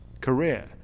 career